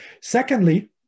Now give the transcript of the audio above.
Secondly